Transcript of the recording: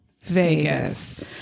Vegas